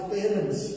parents